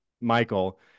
Michael